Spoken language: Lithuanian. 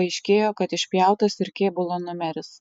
paaiškėjo kad išpjautas ir kėbulo numeris